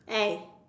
eh